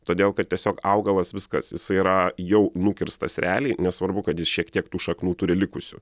todėl kad tiesiog augalas viskas jisai yra jau nukirstas realiai nesvarbu kad jis šiek tiek tų šaknų turi likusių